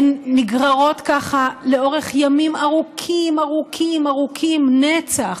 הן נגררות ככה לאורך ימים ארוכים ארוכים, נצח,